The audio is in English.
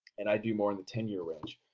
and i do more in the ten year range.